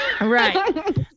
Right